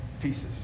pieces